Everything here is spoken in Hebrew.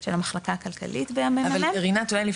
של המחלקה הכלכלית ב-מ.מ.מ.